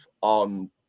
on